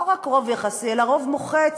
לא רק רוב יחסי, אלא רוב מוחץ